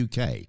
UK